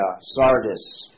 Sardis